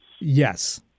Yes